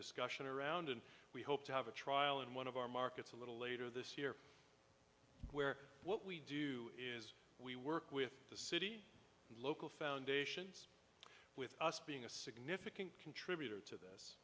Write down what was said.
discussion around and we hope to have a trial in one of our markets a little later this year where what we do is we work with the city and local foundations with us being a significant contributor to th